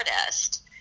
artist